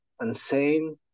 insane